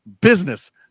business